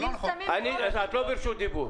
מיקי, את לא ברשות דיבור.